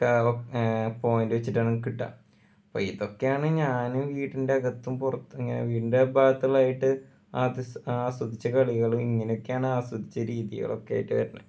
point വെച്ചിട്ടാണ് കിട്ടുക അപ്പം ഇതൊക്കെയാണ് ഞാൻ വീടിൻ്റെ അകത്തും പുറത്തും ഇങ്ങനെ വീടിൻ്റെ ഇപ്പം അകത്തുള്ളതായിട്ട് ആത് ആസ്വദിച്ചുള്ള കളികൾ ഇങ്ങനെയൊക്കെയാണ് ആസ്വദിച്ച രീതികളൊക്കേ ആയിട്ട് വരണേ